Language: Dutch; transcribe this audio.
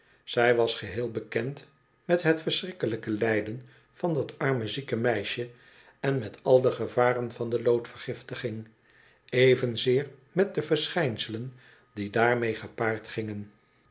zij was geheel bekend met het verschrikkelijke lijden van dat arme zieke meisje en met al de gevaren van de loodvergiftiging evenzeer met de verschijnselen die daarmee gepaard gingen